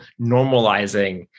normalizing